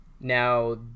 now